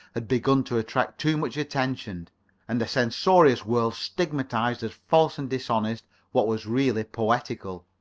had begun to attract too much attention and a censorious world stigmatized as false and dishonest what was really poetical.